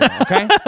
Okay